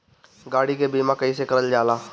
गाड़ी के बीमा कईसे करल जाला?